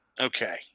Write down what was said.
Okay